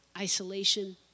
isolation